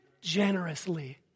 generously